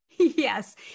Yes